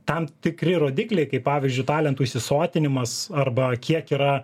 tam tikri rodikliai kaip pavyzdžiui talentų įsisotinimas arba kiek yra